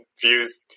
views